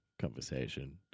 conversation